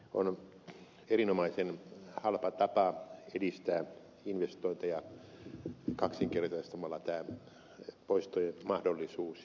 on erinomaisen halpa tapa edistää investointeja kaksinkertaistamalla tämä poistojen mahdollisuus